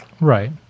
Right